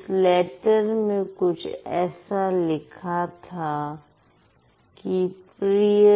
उस लेटर में कुछ ऐसा लिखा था कि प्रिय